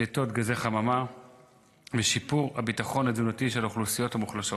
פליטות גזי חממה ושיפור הביטחון התזונתי של האוכלוסיות המוחלשות.